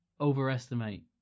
overestimate